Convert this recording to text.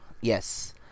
Yes